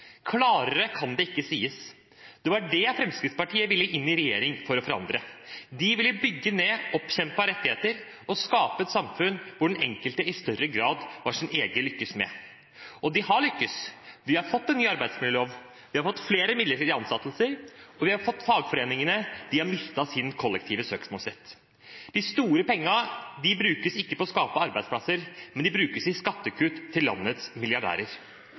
Klarere kan det ikke sies. Det var det Fremskrittspartiet ville inn i regjering for å forandre. De ville bygge ned framkjempede rettigheter og skape et samfunn hvor den enkelte i større grad var sin egen lykkes smed. Og de har lyktes, de har fått en ny arbeidsmiljølov, de har fått flere midlertidige ansettelser, og når det gjelder fagforeningene, har de mistet sin kollektive søksmålsrett. De store pengene brukes ikke på å skape arbeidsplasser; de brukes i skattekutt til landets milliardærer.